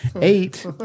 Eight